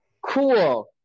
cool